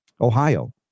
Ohio